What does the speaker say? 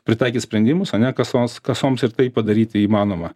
pritaikyt sprendimus ane kasoms kasoms ir tai padaryti įmanoma